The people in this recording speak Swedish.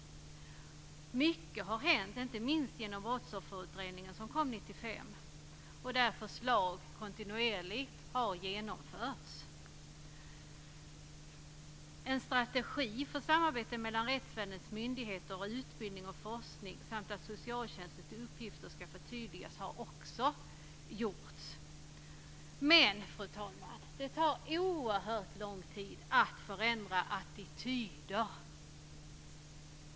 Mycket har hänt, inte minst genom Brottsofferutredningen som kom 1995, vars förslag kontinuerligt har genomförts. En strategi för samarbete mellan rättsväsendets myndigheter, utbildning och forskning samt ett förtydligande av socialtjänstens uppgifter har också genomförts. Men, fru talman, det tar oerhört lång tid att förändra attityder.